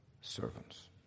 servants